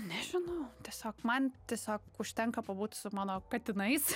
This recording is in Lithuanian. nežinau tiesiog man tiesiog užtenka pabūt su mano katinais